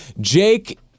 Jake